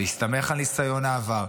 בהסתמך על ניסיון העבר,